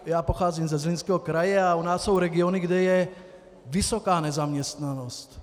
Já pocházím ze Zlínského kraje a u nás jsou regiony, kde je vysoká nezaměstnanost.